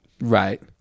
right